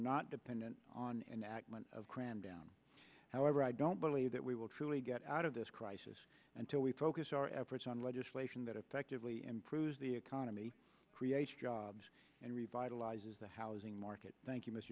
not dependent on enactment of cram down however i don't believe that we will truly get out of this crisis until we focus our efforts on legislation that effectively improves the economy create jobs and revitalize is the housing market thank you m